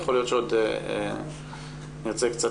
יכול להיות שיהיו לנו שאלות.